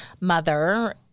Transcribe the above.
mother